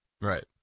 Right